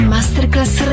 Masterclass